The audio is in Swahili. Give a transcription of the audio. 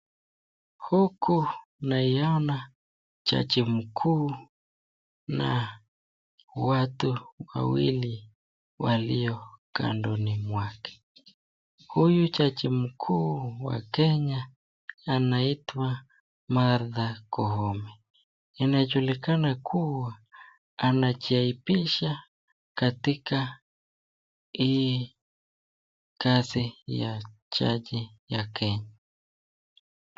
Huku naiona jaji mkuu na watu wawili walio kandoni mwake, huyu jaji mkuu wa Kenya anaitwa Martha Koome , inajulikana kuwa anajiapisha katika hii kazi ya jaji ya Kenya.